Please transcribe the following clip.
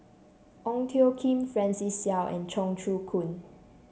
Ong Tjoe Kim Francis Seow and Cheong Choong Kong